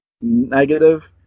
negative